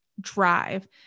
drive